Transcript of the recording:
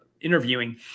interviewing